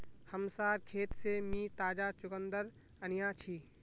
हमसार खेत से मी ताजा चुकंदर अन्याछि